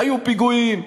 היו פיגועים,